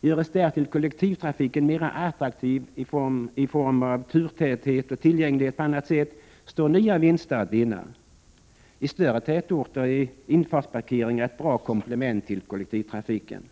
Görs därtill kollektivtrafiken mera attraktiv i form av större turtäthet och tillgänglighet, står nya vinster att vinna. I större tätorter är infartsparkeringar ett bra komplement till kollektivtrafiken.